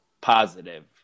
positive